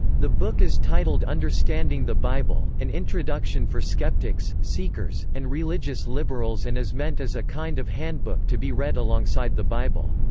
the book is titled understanding the bible an introduction for skeptics, seekers, and religious liberals and is meant as a kind of handbook to be read alongside the bible.